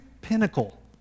pinnacle